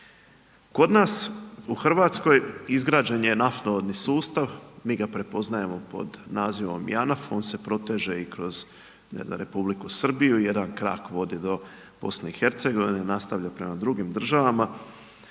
Kod nas u RH izgrađen je naftovodni sustav, mi ga prepoznajemo pod nazivom JANAF, on se proteže i kroz …/Govornik se ne razumije/… Republiku Srbiju, jedan krak vodi do BiH, nastavlja prema drugim državama